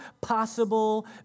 possible